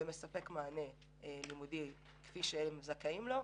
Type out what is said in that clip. הוא מספק מענה לימודי כפי שהם זכאים לו,